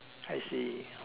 I see